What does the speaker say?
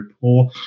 poor